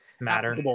matter